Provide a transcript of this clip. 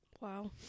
Wow